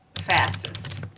fastest